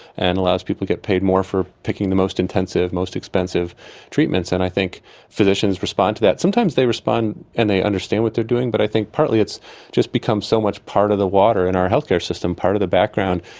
and allows people to get paid more for picking the most intensive, most expensive treatments. and i think physicians respond to that. sometimes they respond and they understand what they're doing, but i think partly it's just become so much part of the water in our healthcare system, part of the background.